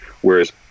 Whereas